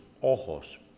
ojos